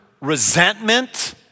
resentment